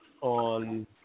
on